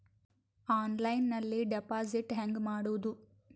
ಆನ್ಲೈನ್ನಲ್ಲಿ ಡೆಪಾಜಿಟ್ ಹೆಂಗ್ ಮಾಡುದು?